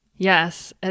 Yes